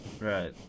right